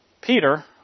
Peter